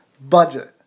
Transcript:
budget